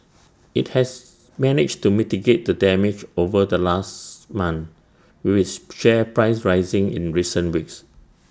IT has managed to mitigate the damage over the last month with its share price rising in recent weeks